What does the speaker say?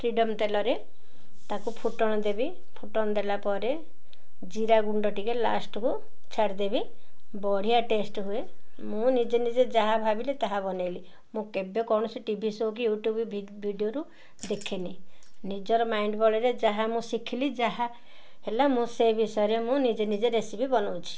freedom ତେଲରେ ତାକୁ ଫୁଟଣ ଦେବି ଫୁଟଣ ଦେଲା ପରେ ଜିରା ଗୁଣ୍ଡ ଟିକିଏ ଲାଷ୍ଟ୍କୁ ଛାଡ଼ିଦେବି ବଢ଼ିଆ ଟେଷ୍ଟ୍ ହୁଏ ମୁଁ ନିଜେ ନିଜେ ଯାହା ଭାବିଲି ତାହା ବନାଇଲି ମୁଁ କେବେ କୌଣସି ଟି ଭି ସୋ କି ୟୁଟ୍ୟୁବ୍ ଭିଡ଼ିଓରୁ ଦେଖେନି ନିଜର ମାଇଣ୍ଡ୍ ବଳରେ ଯାହା ମୁଁ ଶିଖିଲି ଯାହା ହେଲା ମୁଁ ସେ ବିଷୟରେ ମୁଁ ନିଜେ ନିଜେ ରେସିପି ବନାଉଛି